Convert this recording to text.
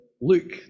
Luke